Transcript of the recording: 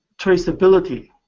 traceability